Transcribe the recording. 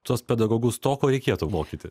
tuos pedagogus to ko reikėtų mokyti